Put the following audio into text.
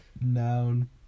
Noun